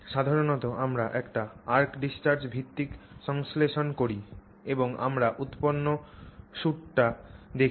সাধারণত আমরা একটি arc discharge ভিত্তিক সংশ্লেষণ করি এবং আমরা উৎপন্ন সুটটি দেখি